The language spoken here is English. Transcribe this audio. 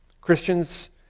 Christians